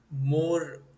more